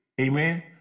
Amen